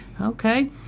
Okay